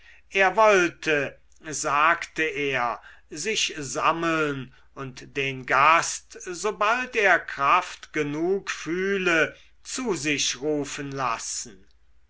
er wollte sagte er sich sammeln und den gast sobald er kraft genug fühle zu sich rufen lassen